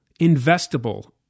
investable